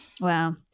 Wow